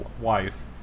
wife